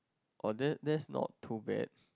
oh then that's not too bad